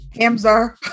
Hamza